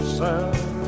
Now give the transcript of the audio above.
sound